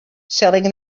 selling